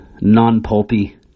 non-pulpy